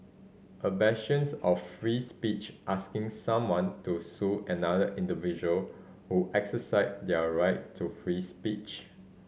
a bastions of free speech asking someone to sue another individual who exercised their right to free speech